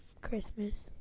Christmas